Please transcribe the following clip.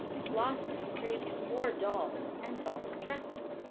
flossie craved more dolls and dolls' dresses,